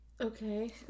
Okay